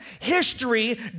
history